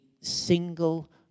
single